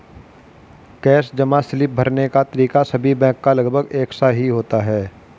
cash जमा slip भरने का तरीका सभी बैंक का लगभग एक सा ही होता है